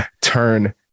turn